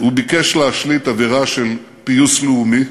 הוא ביקש להשליט אווירה של פיוס לאומי,